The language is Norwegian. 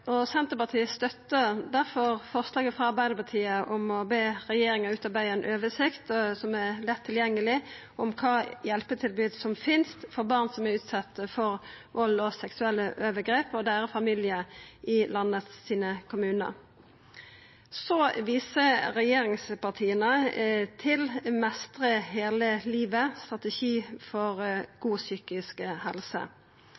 Senterpartiet er difor med på eit forslag saman med Arbeidarpartiet og SV om å be regjeringa utarbeida ei oversikt som er lett tilgjengeleg om kva hjelpetilbod som finst for barn som er utsette for vald og seksuelle overgrep og deira familiar i landets kommunar. Regjeringspartia viser til Mestre hele livet, ein strategi for